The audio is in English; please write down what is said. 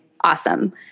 awesome